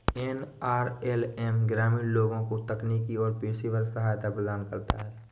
NRLM ग्रामीण लोगों को तकनीकी और पेशेवर सहायता प्रदान करता है